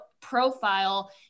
profile